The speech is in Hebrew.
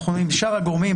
יחד עם שאר הגורמים,